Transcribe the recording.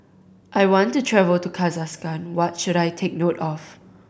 I want to travel to Kazakhstan what should I take note of